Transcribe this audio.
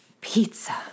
pizza